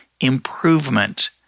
improvement